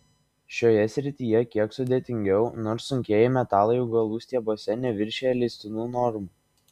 šioje srityje kiek sudėtingiau nors sunkieji metalai augalų stiebuose neviršija leistinų normų